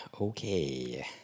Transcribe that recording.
Okay